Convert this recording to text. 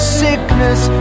sickness